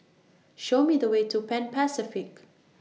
Show Me The Way to Pan Pacific